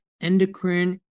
endocrine